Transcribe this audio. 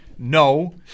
No